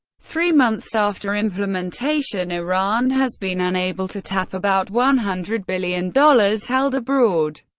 three months after implementation, iran has been unable to tap about one hundred billion dollars held abroad.